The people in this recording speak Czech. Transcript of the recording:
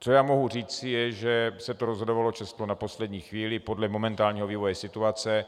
Co mohu říci, že se to rozhodovalo často na poslední chvíli podle momentálního vývoje situace.